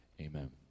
Amen